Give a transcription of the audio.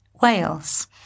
Wales